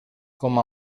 com